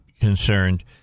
concerned